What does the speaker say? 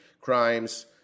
crimes